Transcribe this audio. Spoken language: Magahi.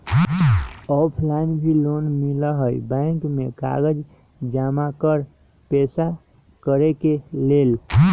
ऑफलाइन भी लोन मिलहई बैंक में कागज जमाकर पेशा करेके लेल?